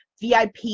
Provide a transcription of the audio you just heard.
VIP